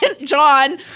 John